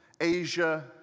Asia